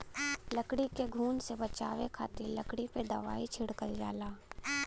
लकड़ी के घुन से बचावे खातिर लकड़ी पे दवाई छिड़कल जाला